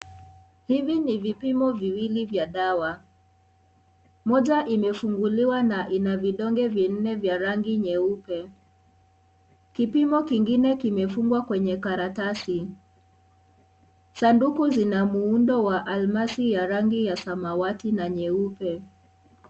Hivi ni vipimo viwili vya dawa, moja imefunguliwa na ina vidonge vinne vya rangi nyeupe, kipimo kinigine kimefungwa kwenye karatasi. Sanduku zina muundo wa almasi ya rangi ya samwati na nyeupe.